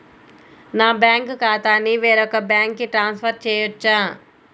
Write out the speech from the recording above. నా బ్యాంక్ ఖాతాని వేరొక బ్యాంక్కి ట్రాన్స్ఫర్ చేయొచ్చా?